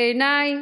בעיניי,